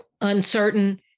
uncertain